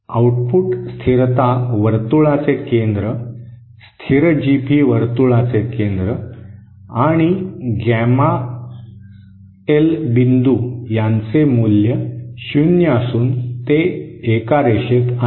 output स्थिरता वर्तुळाचे केंद्र स्थिर जीपी वर्तुळाचे केंद्र आणि बिंदू गॅमा एल यांचे मूल्य शून्य असून ते एका रेषेत आहेत